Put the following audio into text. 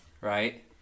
Right